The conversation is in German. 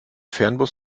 fernbus